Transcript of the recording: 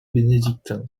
bénédictin